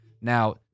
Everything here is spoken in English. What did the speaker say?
Now